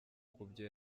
kubyo